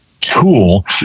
tool